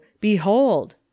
Behold